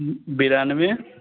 बेरानवे